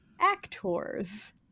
actors